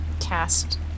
cast